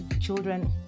children